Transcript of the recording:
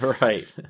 Right